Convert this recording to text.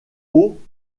haut